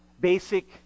basic